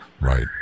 right